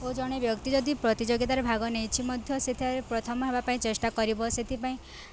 ଓ ଜଣେ ବ୍ୟକ୍ତି ଯଦି ପ୍ରତିଯୋଗିତାରେ ଭାଗ ନେଇଛି ମଧ୍ୟ ସେଠାରେ ପ୍ରଥମ ହେବା ପାଇଁ ଚେଷ୍ଟା କରିବ ସେଥିପାଇଁ